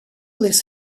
this